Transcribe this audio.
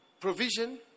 provision